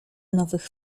nowych